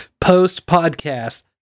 Post-podcast